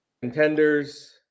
Contenders